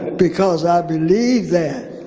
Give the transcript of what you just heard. because i believe that